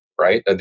right